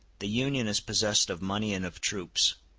the union is possessed of money and of troops,